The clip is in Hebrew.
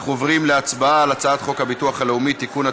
אנחנו עוברים להצבעה על הצעת חוק הביטוח הלאומי (תיקון,